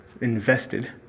invested